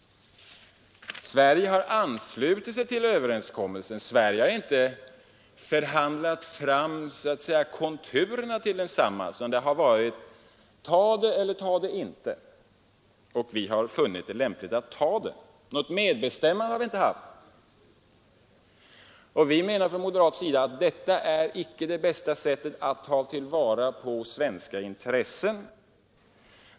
Sverige har anslutit sig till överenskommelsen — Sverige har inte förhandlat fram konturerna till densamma, utan vi har ställts inför valet: Ta den eller ta den inte! Vi har funnit det lämpligt att ta den, men något medbestämmande har vi inte haft. På moderat håll anser vi att detta inte är det bästa sättet att ta till vara svenska intressen.